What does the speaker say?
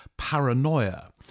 paranoia